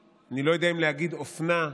אני לא יודע אם להגיד, "האופנה החדשה"